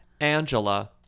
Angela